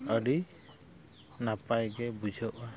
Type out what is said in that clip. ᱟᱹᱰᱤ ᱱᱟᱯᱟᱭ ᱜᱮ ᱵᱩᱡᱷᱟᱹᱜᱼᱟ